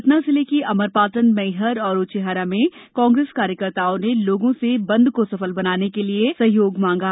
सतना जिले के अमरपाटन मैहर और उचेहरा में कांग्रेस कार्यकर्ताओं ने लोगों से बंद को सफल बनाने के लिए लोगों से सहयोग मांगा